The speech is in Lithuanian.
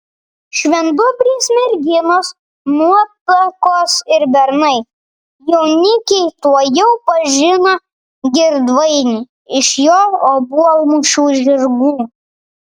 švendubrės merginos nuotakos ir bernai jaunikiai tuojau pažino girdvainį iš jo obuolmušių žirgų